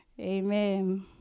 Amen